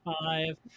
five